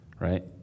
Right